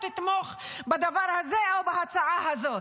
או תתמוך בדבר הזה או בהצעה הזאת.